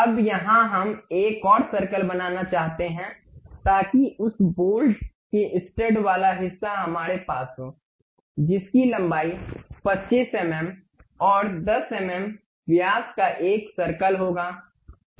अब यहां हम एक और सर्कल बनाना चाहते हैं ताकि उस बोल्ट के स्टड वाला हिस्सा हमारे पास हो जिसकी लंबाई 25 एमएम और 10 एमएम व्यास का एक सर्कल होगा